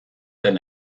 den